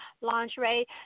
lingerie